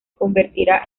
convertirá